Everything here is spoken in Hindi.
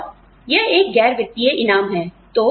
और यह एक गैर वित्तीय इनाम है